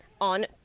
on